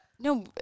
No